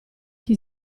chi